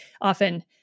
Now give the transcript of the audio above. often